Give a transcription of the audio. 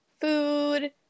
food